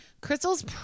Crystal's